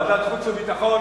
ועדת חוץ וביטחון.